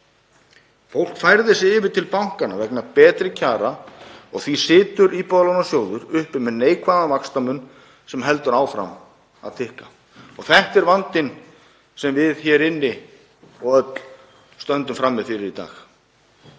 Fólk færði sig yfir til bankanna vegna betri kjara og því situr Íbúðalánasjóður uppi með neikvæðan vaxtamun sem heldur áfram að tikka. Þetta er vandinn sem við hér inni og við öll stöndum frammi fyrir í dag.